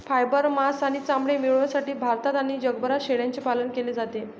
fibre, मांस आणि चामडे मिळविण्यासाठी भारतात आणि जगभरात शेळ्यांचे पालन केले जाते